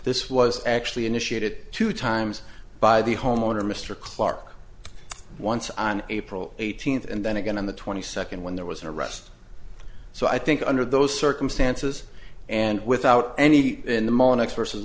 this was actually initiated two times by the homeowner mr clarke once on april eighteenth and then again on the twenty second when there was an arrest so i think under those circumstances and without any